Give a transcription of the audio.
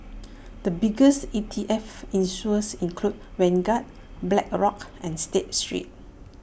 the biggest E T F issuers include Vanguard Blackrock and state street